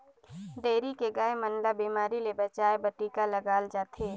dairy के गाय मन ल बेमारी ले बचाये बर टिका लगाल जाथे